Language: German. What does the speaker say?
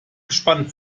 gespannt